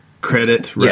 Credit